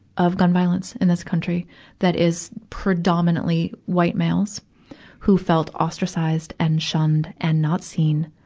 of gun violence in this country that is predominantly white males who felt ostracized and shunned and not seen,